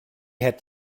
had